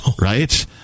right